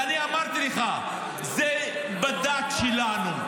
ואני אמרתי לך, זה בדת שלנו,